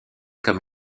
comme